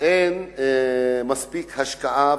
אין מספיק השקעה.